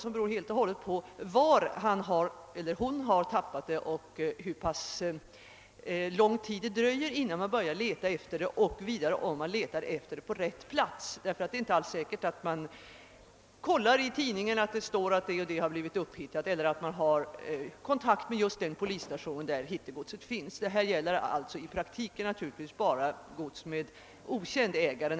Svaret beror helt och hållet på var man har tappat godset, hur lång tid det dröjer innan man börjar söka efter det och om man letar på rätt plats. Det är ju inte alls säkert att man kollar i tidningen om det står att det och det har blivit upphittat eller att man har kontakt med just den polisstationen där hittegodset finns. ligtvis i praktiken bara gods med okänd ägare.